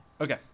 Okay